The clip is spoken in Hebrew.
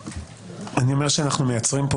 אני אומר שאנחנו מייצרים פה